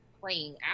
playing